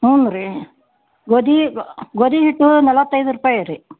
ಹ್ಞೂ ರೀ ಗೋಧಿ ಗೋಧಿ ಹಿಟ್ಟು ನಲ್ವತ್ತೈದು ರೂಪಾಯಿ ರೀ